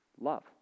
love